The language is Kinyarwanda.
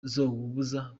kwivuna